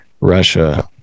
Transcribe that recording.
Russia